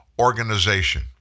organization